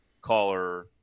Caller